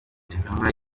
intumwa